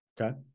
Okay